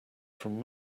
from